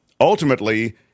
ultimately